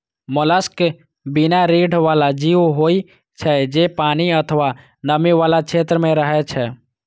mollusc बिना रीढ़ बला जीव होइ छै, जे पानि अथवा नमी बला क्षेत्र मे रहै छै